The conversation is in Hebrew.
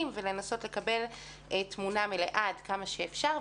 ולנסות לקבל תמונה מלאה עד כמה שאפשר,